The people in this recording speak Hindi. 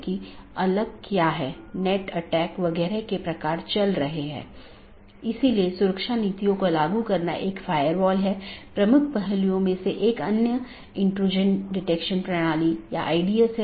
इन प्रोटोकॉल के उदाहरण OSPF हैं और RIP जिनमे मुख्य रूप से इस्तेमाल किया जाने वाला प्रोटोकॉल OSPF है